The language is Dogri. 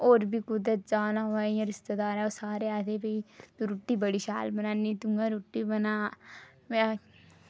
होर बी कुतै जाना होऐ रिश्तेदारें दे भई रुट्टी बड़ी शैल बनानी तूऐं रुट्टी बना में